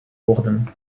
worden